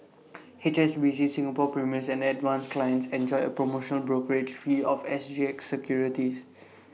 H S B C Singapore's premier and advance clients enjoy A promotional brokerage fee on S G X securities